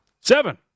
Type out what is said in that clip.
Seven